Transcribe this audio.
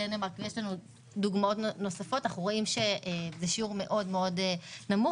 דנמרק ודוגמאות נוספות אנחנו רואים שזה שיעור מאוד מאוד נמוך,